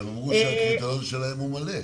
הרי הם אמרו שהקריטריון שלהם מלא.